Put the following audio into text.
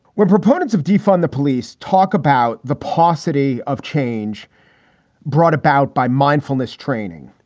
we're proponents of defund the police. talk about the paucity of change brought about by mindfulness training.